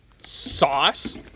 sauce